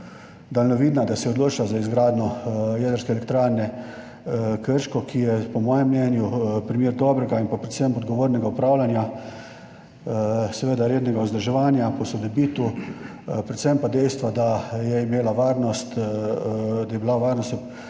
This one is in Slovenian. daljnovidna, da se je odločila za izgradnjo Jedrske elektrarne Krško, ki je po mojem mnenju primer dobrega in predvsem odgovornega upravljanja, seveda rednega vzdrževanja, posodobitev, predvsem pa dejstva, da je bila varnost v prvi vrsti pred